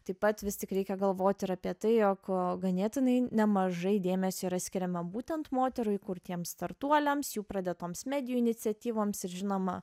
taip pat vis tik reikia galvot ir apie tai jog ganėtinai nemažai dėmesio yra skiriama būtent moterų įkurtiems startuoliams jų pradėtoms medijų iniciatyvoms ir žinoma